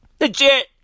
Legit